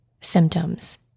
symptoms